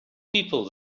people